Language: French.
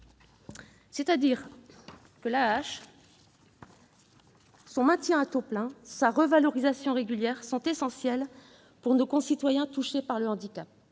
C'est dire si l'AAH, son maintien à taux plein, sa revalorisation régulière sont essentiels pour nos concitoyens touchés par le handicap.